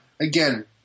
Again